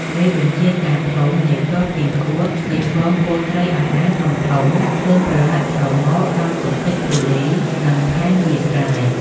មេបញ្ជការធំនៃទ័ពគីង្គក់ឃើញហ្វូងពលត្រីអណ្ដែងធំៗ ខ្លួនប្រឡាក់ស្រមកដោយ កម្ទេចធូលីនិងផែនវាលស្រែ។